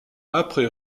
après